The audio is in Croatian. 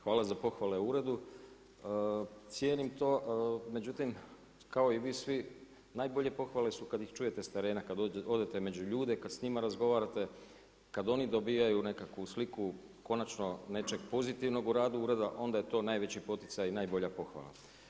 Hvala za pohvale uredu, cijenim to, međutim kao i vi svi najbolje pohvale su kada ih čujete s terena, kada odete među ljude, kada s njima razgovarate, kada oni dobivaju nekakvu sliku, konačno nečeg pozitivnog u radu ureda onda je to najveći poticaj i najbolja pohvala.